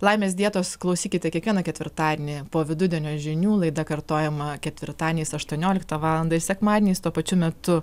laimės dietos klausykite kiekvieną ketvirtadienį po vidudienio žinių laida kartojama ketvirtadieniais aštuonioliktą valandą ir sekmadieniais tuo pačiu metu